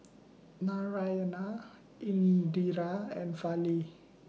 Naraina Indira and Fali